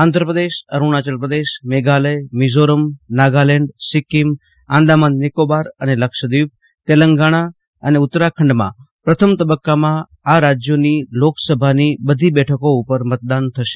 આંધ્રપ્રદેશ અરૂણાચલ પ્રદેશ મેઘાલય મિઝોરમ નાગાલેન્ડ સિક્કિમ આંદામાન નિકોબાર અને લક્ષ્યદ્વિપ તેલંગાણા અને ઉત્તરાખંડમાં પ્રથમ તબક્કામાં આ રાજયોની લોકસભાની બધી બેઠકો ઉપર મતદાન થશે